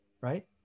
Right